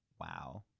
Wow